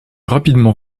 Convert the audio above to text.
rapidement